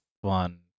one